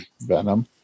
Venom